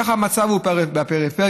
כך המצב בפריפריה,